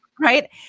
Right